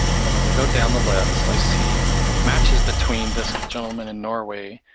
and then as i go down the list, i see matches between this gentleman and norway,